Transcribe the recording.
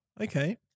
Okay